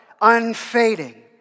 unfading